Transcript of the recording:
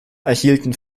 erhielten